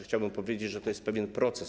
Chciałbym też powiedzieć, że to jest pewien proces.